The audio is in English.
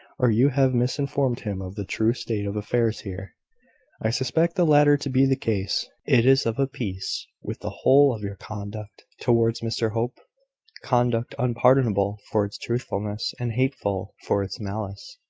or you have misinformed him of the true state of affairs here i suspect the latter to be the case. it is of a piece with the whole of your conduct, towards mr hope conduct unpardonable for its untruthfulness, and hateful for its malice.